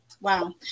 Wow